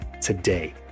today